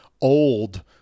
old